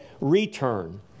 return